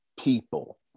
people